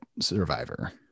survivor